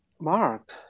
Mark